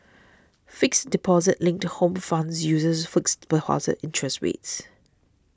fixed deposit linked home funds uses fixed deposit interest rates